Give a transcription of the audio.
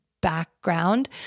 background